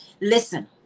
listen